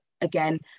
again